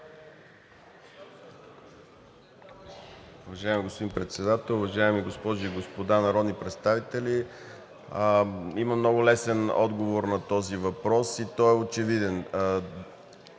уважаеми госпожи и господа народни представители! Има много лесен отговор на този въпрос и той е очевиден